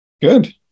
Good